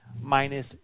minus